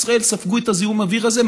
למה אזרחי ישראל ספגו את הזיהום אוויר הזה?